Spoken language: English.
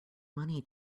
money